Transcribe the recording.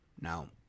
Now